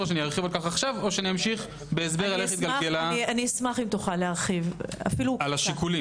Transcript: ארחיב בכך עכשיו או אמשיך- - אשמח שתרחיב בשיקולים.